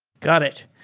got it.